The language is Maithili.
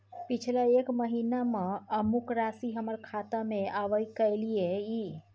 पिछला एक महीना म अमुक राशि हमर खाता में आबय कैलियै इ?